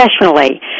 professionally